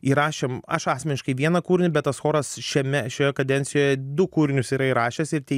įrašėm aš asmeniškai vieną kūrinį bet tas choras šiame šioje kadencijoje du kūrinius yra įrašęs ir tie